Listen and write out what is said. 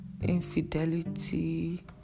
infidelity